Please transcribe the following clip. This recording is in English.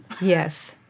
Yes